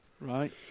right